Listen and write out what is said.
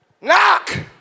Knock